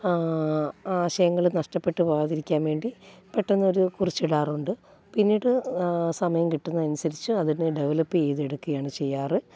ആശയങ്ങൾ നഷ്ടപ്പെട്ടു പോകാതിരിക്കാൻ വേണ്ടി പെട്ടെന്നൊരു കുറിച്ചിടാറുണ്ട് പിന്നീട് സമയം കിട്ടുന്നതിനനുസരിച്ച് അതിനെ ഡെവലപ്പ് ചെയ്തെടുക്കുകയാണ് ചെയ്യാറ്